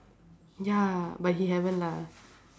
ya but he haven't lah